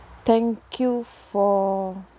thank you for